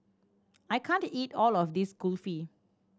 I can't eat all of this Kulfi